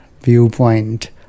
viewpoint